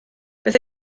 beth